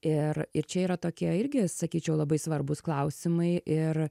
ir ir čia yra tokie irgi sakyčiau labai svarbūs klausimai ir